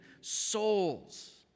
souls